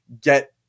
get